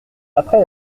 après